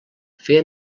feia